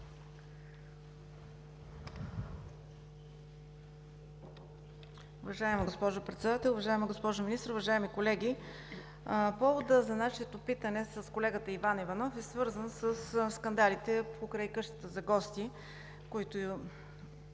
Уважаема госпожо Председател, уважаема госпожо Министър, уважаеми колеги! Поводът за нашето питане с колегата Иван Валентинов Иванов е свързан със скандалите покрай къщите за гости, които